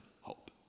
hope